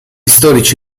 storici